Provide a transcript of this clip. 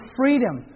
freedom